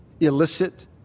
illicit